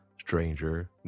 Stranger